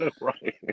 Right